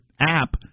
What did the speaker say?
app